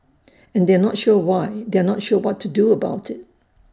and they are not sure why they are not sure what to do about IT